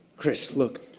chris, look!